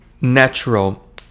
natural